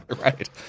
Right